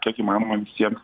kiek įmanoma visiem